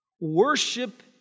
Worship